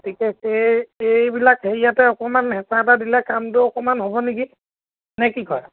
গতিকে এই এইবিলাক হেৰিয়াতে অকণমান হেঁচা এটা দিলে কামটো অকণমান হ'ব নেকি নে কি কয়